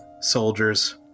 soldiers